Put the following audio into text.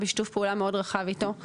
בשיתוף פעולה מאוד רחב אתו,